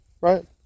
Right